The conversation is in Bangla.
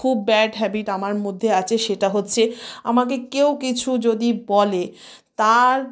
খুব ব্যাড হ্যাবিট আমার মধ্যে আছে সেটা হচ্ছে আমাকে কেউ কিছু যদি বলে তার